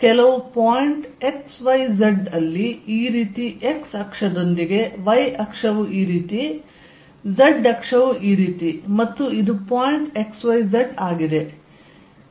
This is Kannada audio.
ಕೆಲವು ಪಾಯಿಂಟ್ x y z ಅಲ್ಲಿ ಈ ರೀತಿ x ಅಕ್ಷದೊಂದಿಗೆ y ಅಕ್ಷವು ಈ ರೀತಿ z ಅಕ್ಷವು ಈ ರೀತಿ ಮತ್ತು ಇದು ಪಾಯಿಂಟ್ x y z ಆಗಿದೆ